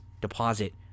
deposit